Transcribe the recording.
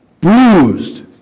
bruised